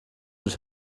wird